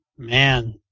man